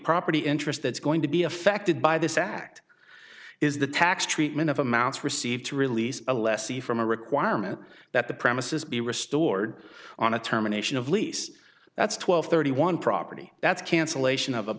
property interest that's going to be affected by this act is the tax treatment of amounts received to release alessi from a requirement that the premises be restored on a terminations of lease that's twelve thirty one property that's cancellation of